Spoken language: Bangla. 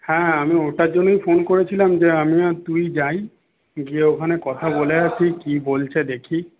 হ্যাঁ আমি ওটার জন্যই ফোন করেছিলাম যে আমি আর তুই যাই গিয়ে ওখানে কথা বলে আসি কী বলছে দেখি